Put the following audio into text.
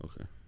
Okay